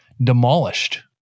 demolished